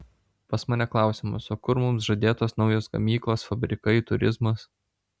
pas mane klausimas o kur mums žadėtos naujos gamyklos fabrikai turizmas